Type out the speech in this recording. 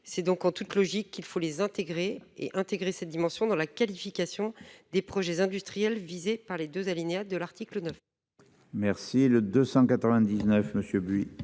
C'est donc en toute logique qu'il faut les intégrer et intégrer cette dimension dans la qualification des projets industriels visés par les 2 alinéa de l'article 9. Merci le 299 Monsieur